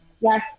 yes